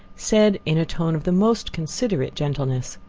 said, in a tone of the most considerate gentleness,